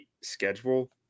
schedule